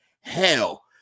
Hell